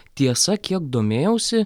tiesa kiek domėjausi